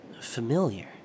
familiar